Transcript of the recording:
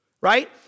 right